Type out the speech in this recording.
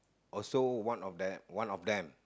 also one of one of them